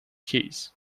keys